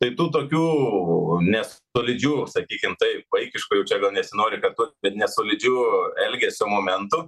tai tų tokių nes solidžių sakykim taip vaikiškų jau čia vėl nesinori kartot bet nesolidžiu elgesio momentu